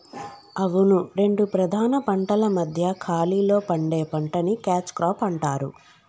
అవును రెండు ప్రధాన పంటల మధ్య ఖాళీలో పండే పంటని క్యాచ్ క్రాప్ అంటారు